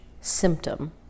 symptom